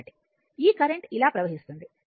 కాబట్టి ఈ కరెంట్ ఇలా ప్రవహిస్తుంది